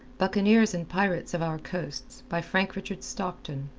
buccaneers and pirates of our coasts, by frank richard stockton